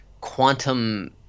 quantum